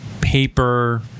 paper